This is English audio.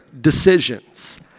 decisions